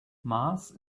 mars